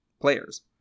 players